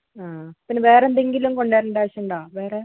ആ പിന്നെ വേറെന്തെങ്കിലും കൊണ്ട് വരണ്ട ആവശ്യം ഉണ്ടോ വേറെ